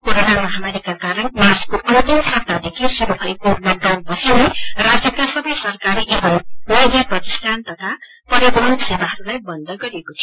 corona महामारीको कारण मार्चको अन्तिम सप्ताहदेखि श्रूर भएको तकडाउन पछि नै राज्यका सबै सरकारी एवं निजी प्रतिष्ठान तथा परिवहन सेवाहरूलाई बन्द गरिएको थियो